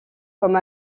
comme